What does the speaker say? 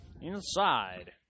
inside